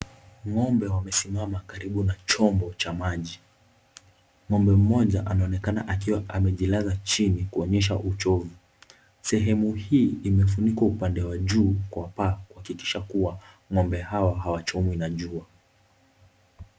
Ng'ombe wamesimama karibu na chombo cha maji. Ng'ombe mmoja anaonekana akiwa amejilaza chini kuonyesha uchovu. Sehemu hii imefunikwa upande wa juu kwa paa kuhakikisha kuwa ng'ombe hawa hawachomwi na jua.